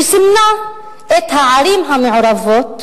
שסימנה את הערים המעורבות,